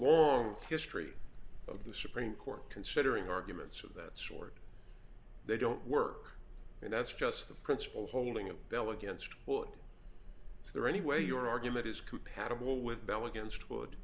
long history of the supreme court considering arguments of that sort they don't work and that's just the principle holding a bell against what is there anyway your argument is compatible with bell against would